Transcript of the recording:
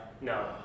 no